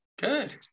Good